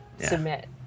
submit